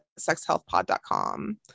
sexhealthpod.com